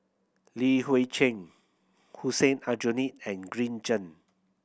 Li Hui Cheng Hussein Aljunied and Green Zeng